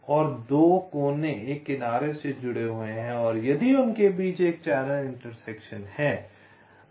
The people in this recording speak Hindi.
और 2 कोने एक किनारे से जुड़े हुए हैं यदि उनके बीच एक चैनल इंटरसेक्शन है